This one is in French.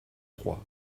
trois